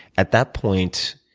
at that point,